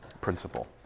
principle